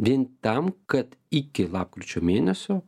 vien tam kad iki lapkričio mėnesio